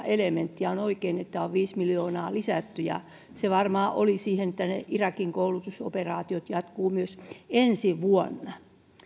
elementti ja on oikein että siihen on viisi miljoonaa lisätty ja se varmaan oli siihen että ne irakin koulutusoperaatiot jatkuvat myös ensi vuonna